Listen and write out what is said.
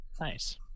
Nice